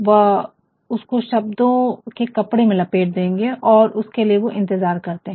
वह उसको शब्दों के कपड़े में लपेट देंगे और उसके लिए इंतजार करते हैं